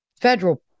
federal